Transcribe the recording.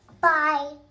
Bye